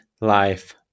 life